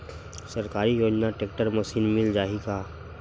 सरकारी योजना tractor machine मिल जाही का?